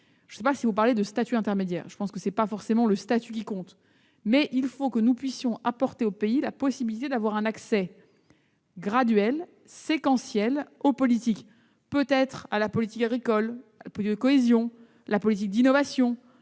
Je ne parlerai pas de statut intermédiaire. À mon sens, ce n'est pas forcément le statut qui compte, mais il faut que nous puissions apporter à ces pays la possibilité d'avoir un accès graduel, séquentiel aux politiques, en commençant, peut-être, par la politique agricole, la politique de cohésion, la politique d'innovation,